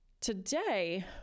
Today